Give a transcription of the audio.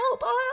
help